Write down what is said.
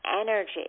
energy